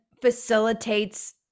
facilitates